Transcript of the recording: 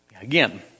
Again